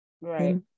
right